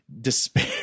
despair